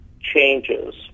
changes